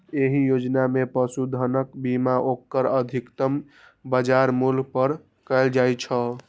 एहि योजना मे पशुधनक बीमा ओकर अधिकतम बाजार मूल्य पर कैल जाइ छै